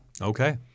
Okay